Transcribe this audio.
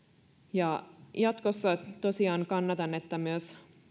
jatkossa tosiaan kannatan että myös